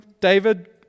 David